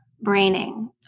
Braining